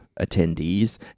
attendees